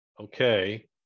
Okay